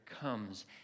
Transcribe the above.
comes